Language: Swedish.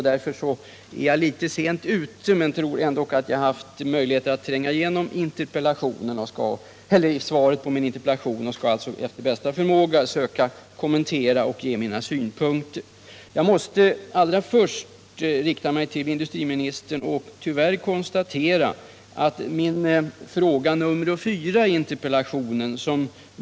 Därför är jag litet sent ute, men jag tror ändå att jag har haft möjligheter att tränga igenom svaret på min interpellation, och jag skall efter bästa förmåga söka kommentera det och anföra mina synpunkter. Allra först måste jag rikta mig till industriministern och tyvärr konstatera att min fråga nr 4 i interpellationen inte har blivit nöjaktigt besvarad.